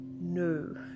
no